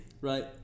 right